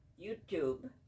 youtube